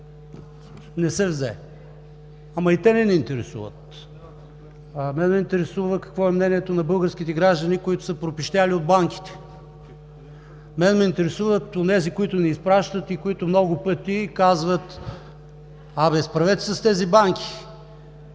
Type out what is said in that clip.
не се взе. Ама и те не ни интересуват. А мен ме интересува какво е мнението на българските граждани, които са пропищели от банките. Мен ме интересуват онези, които ни изпращат и които много пъти казват: „Справете се с тези банки.